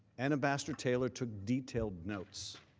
and ambassador taylor took detailed notes.